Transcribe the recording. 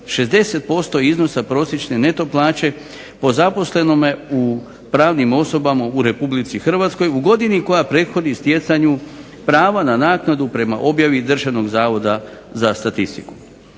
60% iznosa prosječne neto plaće po zaposlenome u pravnim osobama u Republici Hrvatskoj u godini koja prethodi stjecanju prava na naknadu prema objavi Državnog zavoda za statistiku.